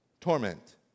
torment